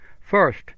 First